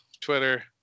Twitter